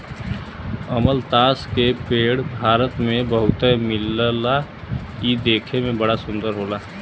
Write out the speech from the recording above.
अमलतास के पेड़ भारत में बहुते मिलला इ देखे में बड़ा सुंदर होला